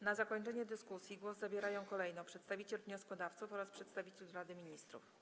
Na zakończenie dyskusji głos zabierają kolejno przedstawiciel wnioskodawców oraz przedstawiciel Rady Ministrów.